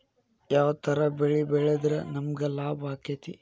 ಯಾವ ತರ ಬೆಳಿ ಬೆಳೆದ್ರ ನಮ್ಗ ಲಾಭ ಆಕ್ಕೆತಿ?